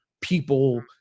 people